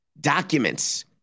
documents